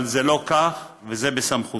אבל זה לא כך, וזה בסמכותם.